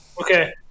Okay